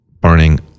burning